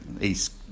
east